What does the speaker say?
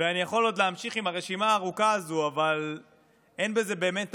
ואני יכול עוד להמשיך עם הרשימה הארוכה הזו אבל אין בזה באמת טעם,